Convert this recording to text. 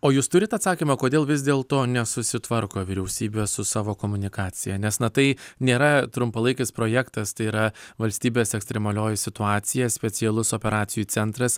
o jūs turit atsakymą kodėl vis dėl to nesusitvarko vyriausybė su savo komunikacija nes na tai nėra trumpalaikis projektas tai yra valstybės ekstremalioji situacija specialus operacijų centras